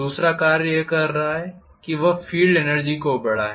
दूसरा कार्य यह कर रहा है कि वह फील्ड एनर्जी को बढ़ाए